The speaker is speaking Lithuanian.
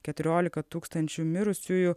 keturiolika tūkstančių mirusiųjų